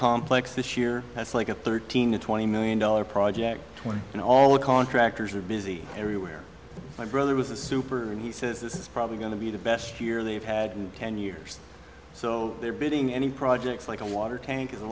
complex this year that's like a thirteen to twenty million dollars project twenty and all the contractors are busy everywhere my brother was a super and he says this is probably going to be the best year they've had ten years so they're building any projects like a water tank